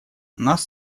нас